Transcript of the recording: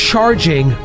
Charging